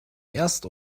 erst